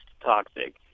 toxic